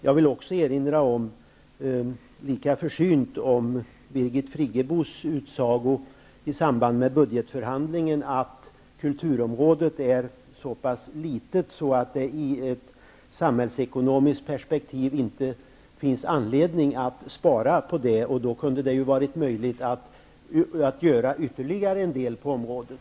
Jag vill lika försynt erinra om Birgit Friggebos utsago i samband med budgetförhandlingen, att kulturområdet är så pass litet att det i ett samhällsekonomiskt perspektiv inte finns anledning att spara på det. Då kunde det ha varit möjligt att göra ytterligare en del på området.